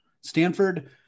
Stanford